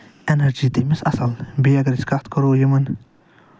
energy تٔمِس اَصٕل بیٚیہِ اَگر أسۍ کَتھ کرو یِمَن